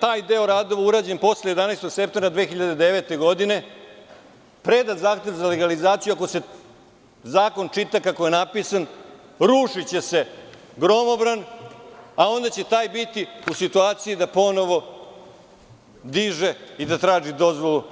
taj deo radova urađen posle 11. septembra 2009. godine, predat zahtev za legalizaciju, ako se zakon čita kako je napisan, rušiće se gromobran i onda će taj biti u situaciji da ponovo diže i da traži dozvolu.